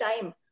time